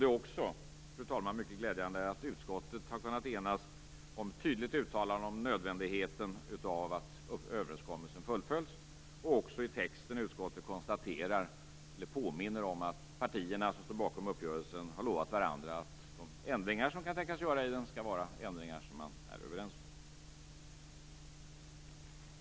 Det är också, fru talman, mycket glädjande att utskottet har kunnat enas om ett tydligt uttalande om nödvändigheten av att överenskommelsen fullföljs, och i texten konstaterar också utskottet, eller påminner om, att de partier som står bakom uppgörelsen har lovat varandra att de ändringar som kan tänkas göras i den skall vara ändringar som man är överens om.